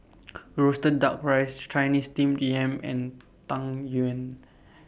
Roasted Duck Rice Chinese Steamed Yam and Tang Yuen